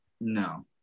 No